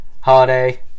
Holiday